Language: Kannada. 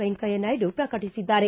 ವೆಂಕಯ್ಯನಾಯ್ಡು ಪ್ರಕಟಿಸಿದ್ದಾರೆ